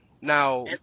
Now